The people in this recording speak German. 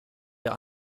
der